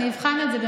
אני אבחן את זה.